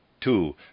two